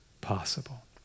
possible